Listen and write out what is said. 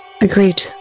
Agreed